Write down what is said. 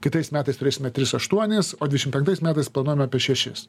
kitais metais turėsime tris aštuonis o dvidešim penktais metais planuojame apie šešis